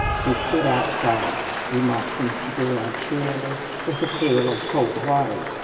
he stood outside, remarks mr. birrell cheerily, with a pail of cold water.